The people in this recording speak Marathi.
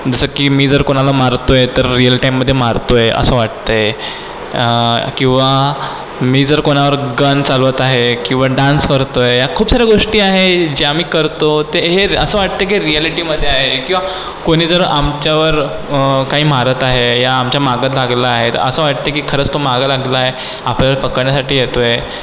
जसं की मी जर कोणाला मारतो आहे तर रियल टाईममधे मारतो आहे असं वाटतं आहे किंवा मी जर कोणावर गन चालवत आहे किंवा डान्स करतो आहे ह्या खूप साऱ्या गोष्टी आहे ज्या मी करतो ते हे असं वाटते की हे रियालिटीमध्ये आहे किंवा कोणी जर आमच्यावर काही मारत आहे या आमच्या मागत लागला आहे तर असं वाटतं की खरंच तो मागं लागलाय आपल्याला पकडण्यासाठी येतो आहे